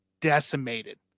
decimated